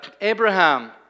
Abraham